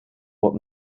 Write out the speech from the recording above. wat